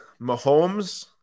Mahomes